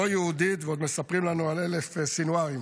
לא יהודית, ועוד מספרים לנו על 1,000 סנווארים.